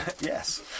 Yes